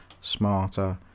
smarter